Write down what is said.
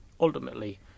ultimately